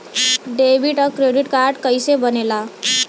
Debit और credit card कईसे बने ने ला?